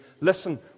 Listen